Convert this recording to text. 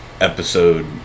episode